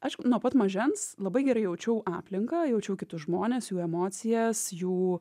aš nuo pat mažens labai gerai jaučiau aplinką jaučiau kitus žmones jų emocijas jų